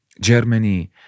Germany